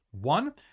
one